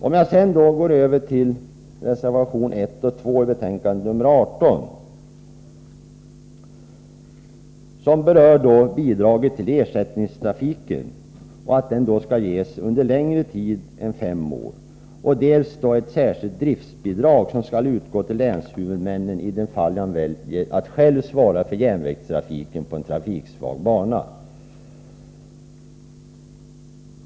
Jag går sedan över till reservationerna 1 och 2 i betänkande nr 18. Där berörs bidraget till ersättningstrafiken, och man yrkar dels att det skall ges under längre tid än fem år, dels att ett särskilt driftsbidrag skall utgå till länshuvudmannen i det fall han väljer att själv svara för järnvägstrafiken på en trafiksvag bana.